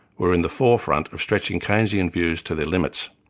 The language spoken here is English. were in the forefront of stretching keynesian views to their limits.